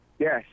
Yes